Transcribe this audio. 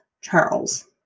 Charles